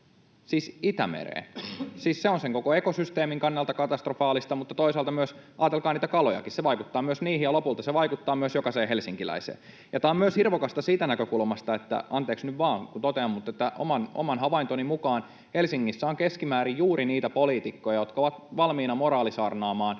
siis Itämereen. Siis se on sen koko ekosysteemin kannalta katastrofaalista, mutta toisaalta ajatelkaa kalojakin. Se vaikuttaa myös niihin, ja lopulta se vaikuttaa myös jokaiseen helsinkiläiseen. Tämä on irvokasta myös siitä näkökulmasta — anteeksi nyt vaan, kun totean — että oman havaintoni mukaan Helsingissä on keskimäärin juuri niitä poliitikkoja, jotka ovat valmiina moraalisaarnaamaan